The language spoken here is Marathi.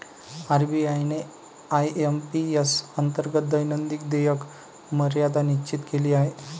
आर.बी.आय ने आय.एम.पी.एस अंतर्गत दैनंदिन देयक मर्यादा निश्चित केली आहे